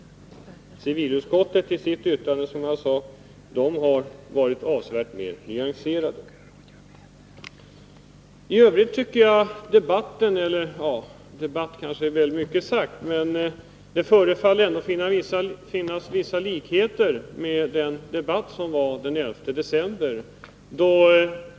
Civilutskottet har ju i sitt yttrande varit avsevärt mer nyanserat. I övrigt tycker jag att denna debatt — även om ”debatt” kanske är väl mycket sagt — förefaller ha vissa likheter med debatten den 11 december förra året.